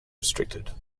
restricted